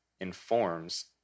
informs